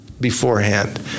beforehand